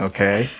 Okay